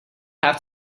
have